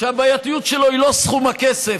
שהבעייתיות שלו היא לא סכום הכסף,